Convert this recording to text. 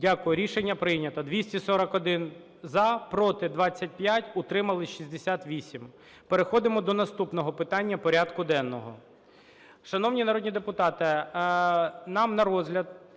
Дякую. Рішення прийнято. 241 – за, проти – 25, утрималися – 68. Переходимо до наступного питання порядку денного.